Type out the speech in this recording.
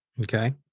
Okay